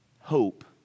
hope